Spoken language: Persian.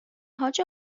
حاج